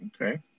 Okay